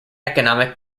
economic